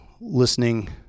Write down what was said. listening